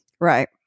Right